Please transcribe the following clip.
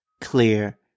clear